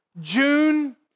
June